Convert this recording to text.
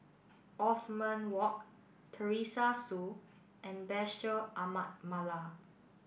Othman Wok Teresa Hsu and Bashir Ahmad Mallal